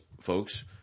folks